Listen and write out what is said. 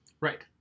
Right